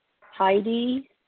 Heidi